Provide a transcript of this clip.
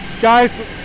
guys